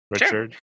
Richard